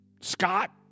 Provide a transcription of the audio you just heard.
Scott